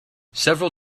several